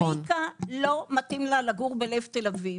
למיקה לא מתאים לגור בלב תל אביב.